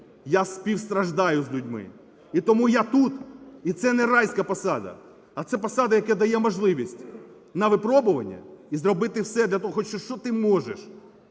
я співстраждаю з людьми, і тому я тут. І це райська посада, а це посада, яка дає можливість на випробування і зробити все для того, що ти можеш